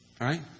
right